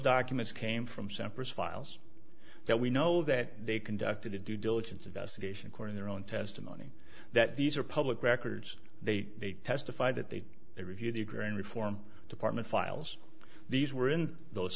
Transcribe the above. documents came from sampras files that we know that they conducted a due diligence investigation according their own testimony that these are public records they testified that they they reviewed the agrarian reform department files these were in those